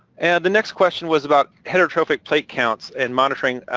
and the next question was about heterotrophic plate counts and monitoring